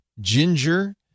ginger